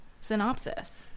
synopsis